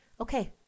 Okay